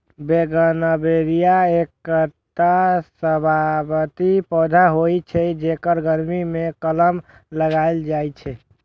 bougainvillea एकटा सजावटी पौधा होइ छै, जेकर गर्मी मे कलम लगाएल जाइ छै